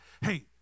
hey